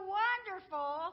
wonderful